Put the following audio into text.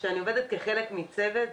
אני עובדת כחלק מצוות.